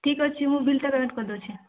ଠିକ୍ ଅଛି ମୁଁ ବିଲ୍ଟା ପେମେଣ୍ଟ କରିଦେଉଛି